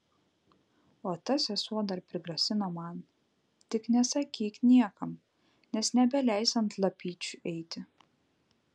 o ta sesuo dar prigrasino man tik nesakyk niekam nes nebeleis ant lapyčių eiti